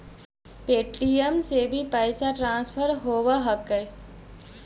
Paytm से भी पैसा ट्रांसफर होवहकै?